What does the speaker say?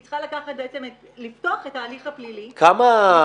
היא בעצם תצטרך לפתוח את ההליך הפלילי --- רגע,